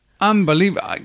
unbelievable